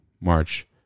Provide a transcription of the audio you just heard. March